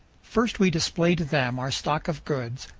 first, we display to them our stock of goods,